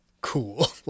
cool